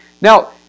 Now